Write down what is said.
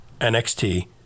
NXT